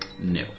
No